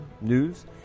news